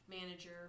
manager